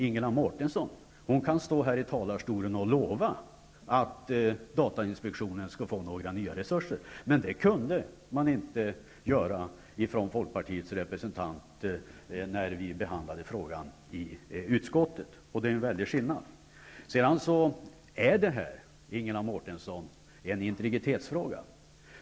Ingela Mårtensson kan tydligen stå här i talarstolen och lova att datainspektionen skall få nya resurser, men folkpartiets representant i utskottet kunde inte göra det när vi behandlade frågan där, och det är en väldig skillnad. Det här gäller, Ingela Mårtensson, en integritetsfråga.